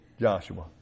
Joshua